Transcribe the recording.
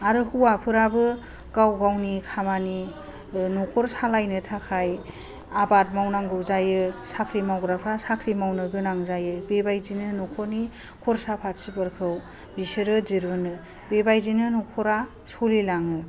आरो हौवाफोराबो गाव गावनि खामानि न'खर सालायनो थाखाय आबाद मावनांगौ जायो साख्रि मावग्राफ्रा साख्रि मावनो गोनां जायो बेबादिनो न'खरनि खरसा फाथिफोरखौ बिसोरो दिरुनो बिबादिनो न'खरा सोलिलांङो